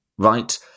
right